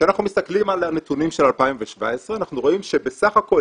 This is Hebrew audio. כשאנחנו מסתכלים על הנתונים של 2017 אנחנו רואים שבסך הכול